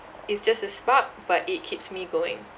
it's just a spark but it keeps me going